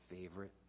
favorite